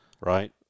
right